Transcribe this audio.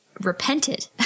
repented